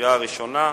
קריאה ראשונה.